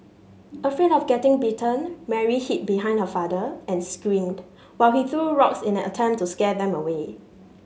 afraid of getting bitten Mary hid behind her father and screamed while he threw rocks in an attempt to scare them away